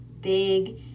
big